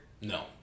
No